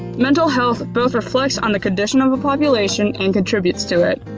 mental health both reflects on the condition of a population and contributes to it.